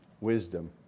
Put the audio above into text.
wisdom